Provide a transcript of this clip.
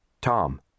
Tom